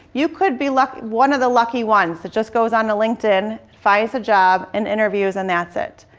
you could be lucky one of the lucky ones that just goes on the linkedin, finds a job, and interviews and that's it.